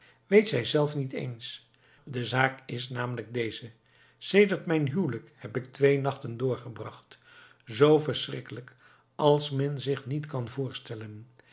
weet zij zelf niet eens de zaak is namelijk deze sedert mijn huwelijk heb ik twee nachten doorgebracht zoo verschrikkelijk als men zich niet kan voorstellen